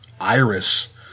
Iris